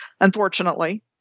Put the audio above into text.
unfortunately